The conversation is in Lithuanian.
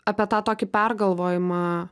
apie tą tokį pergalvojimą